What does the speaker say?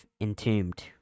Entombed